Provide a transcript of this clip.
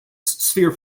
sphere